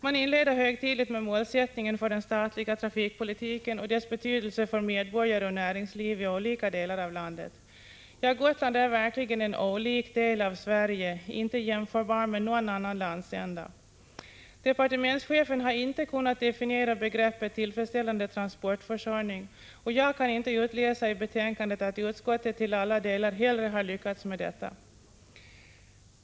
Man inleder högtidligt med målsättningen för den statliga trafikpolitiken och dess betydelse för medborgare och näringsliv i olika delar av landet. Ja, Gotland är verkligen en ”olik” del av Sverige, inte jämförbar med någon annan landsända. Departementschefen har inte kunnat definiera begreppet ”tillfredsställande transportförsörjning”, och jag kan inte utläsa av betänkandet att utskottet till alla delar heller lyckats med detta.